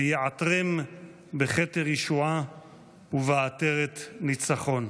ויעטרם בכתר ישועה ובעטרת ניצחון,